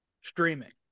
streaming